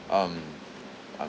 um